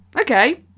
okay